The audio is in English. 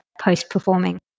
post-performing